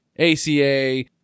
ACA